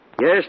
Yes